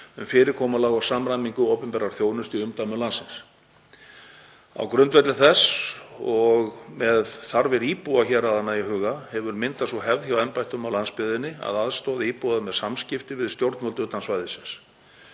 um fyrirkomulag og samræmingu opinberrar þjónustu í umdæmum landsins. Á grundvelli þess og með þarfir íbúa héraðanna í huga hefur myndast sú hefð hjá embættum á landsbyggðinni að aðstoða íbúa með samskipti við stjórnvöld utan svæðisins.